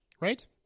Right